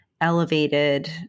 elevated